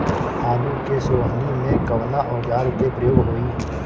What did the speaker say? आलू के सोहनी में कवना औजार के प्रयोग होई?